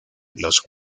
los